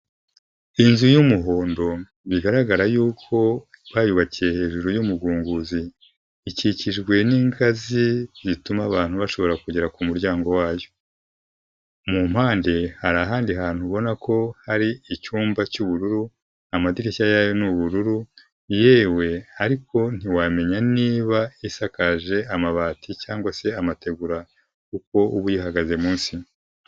Inzu y'umuhondo bigaragara yuko bayubakiye hejuru y'umugunguzi ikikijwe n'ingazi zituma abantu bashobora kugera ku muryango wayo mu mpande harihandi hantu ubona ko hari icyumba cy'ubururu amadirishya nuubururu yewe ariko ntiwamenya niba isakaje amabati cyangwa se amategura uko ubuyihagaze munsi.